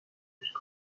bir